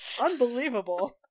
Unbelievable